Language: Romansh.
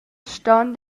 ston